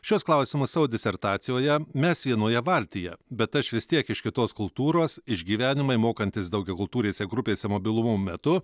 šiuos klausimus savo disertacijoje mes vienoje valtyje bet aš vis tiek iš kitos kultūros išgyvenimai mokantis daugiakultūrėse grupėse mobilumo metu